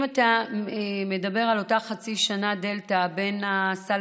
אם אתה מדבר על אותה חצי שנה דלתא בין סל